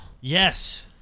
Yes